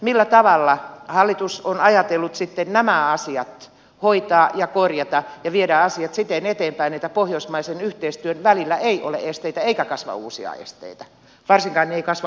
millä tavalla hallitus on ajatellut sitten nämä asiat hoitaa ja korjata ja viedä asiat siten eteenpäin että pohjoismaisen yhteistyön välillä ei ole esteitä eikä kasva uusia esteitä varsinkaan ei kasva uusia esteitä